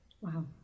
Wow